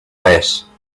res